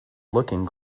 looking